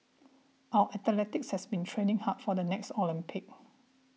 our athletes has been training hard for the next Olympics